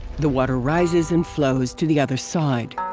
the water rises and flows to the other side.